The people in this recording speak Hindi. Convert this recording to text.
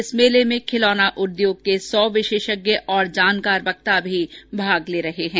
इस मेले में खिलौना उद्योग के सौ विशेषज्ञ और जानकार वक्ता भाग लेंगे